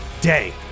day